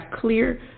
clear